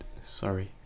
Sorry